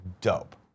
Dope